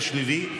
זה שלילי.